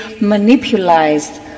manipulated